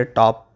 top